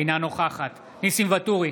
אינה נוכחת ניסים ואטורי,